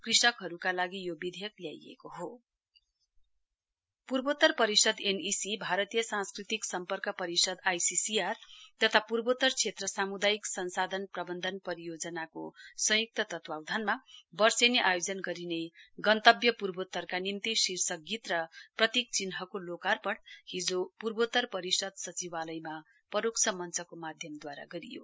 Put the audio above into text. logo release पूर्वोत्तर परिषद NEC भारतीय सांस्कृतिक सम्पर्क परिषद आइसीसीआर तथा पूर्वोत्तर क्षेत्र साम्दायिक संसाधन संसाधन प्रबन्धन परियोजनाको संय्क्त तत्वावधानमा वर्षेनी आयोजन गरिने गन्तव्य पूर्वोत्तरका निम्ति शीर्षक गीत र प्रतीक चिन्हको लोकार्पण हिजो पूर्वोत्तर परिषद् सचिवालयमा परोक्ष मञ्चको माध्यमद्वारा गरियो